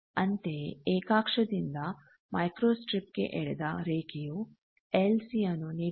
ಅಂತೆಯೇ ಏಕಾಕ್ಷದಿಂದ ಮೈಕ್ರೋಸ್ಟ್ರಿಪ್ ಗೆ ಎಳೆದ ರೇಖೆಯು ಎಲ್ ಸಿನ್ನು ನೀಡುತ್ತದೆ